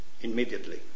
immediately